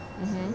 mmhmm